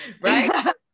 Right